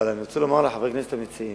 אבל, אני רוצה לומר לחברי כנסת המציעים,